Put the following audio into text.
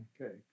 Okay